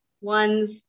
one's